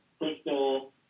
crystal